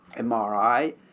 MRI